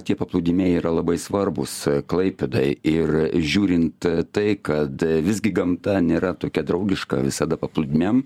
tie paplūdimiai yra labai svarbūs klaipėdai ir žiūrint tai kad visgi gamta nėra tokia draugiška visada paplūdimiam